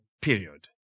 period